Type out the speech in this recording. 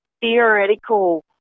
theoretical